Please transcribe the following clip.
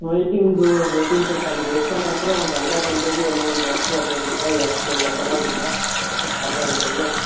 waiting waiting ಸ್ವಲ್ಪ ಅಲ್ಲಿ ದೇವಸ್ಥಾನ ಹತ್ತಿರ ಒಂದು ಅರ್ಧ ಗಂಟೆಗೇನೋ ಒಂದು ಹತ್ತು ಹದ್ನೈದು ರೂಪಾಯಿ ಜಾಸ್ತಿ ತೊಗೋತಾರೆ ಪರವಾಗಿಲ್ವಾ ಅರ್ಧ ಗಂಟೆಗೆ